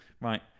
Right